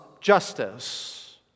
justice